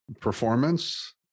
performance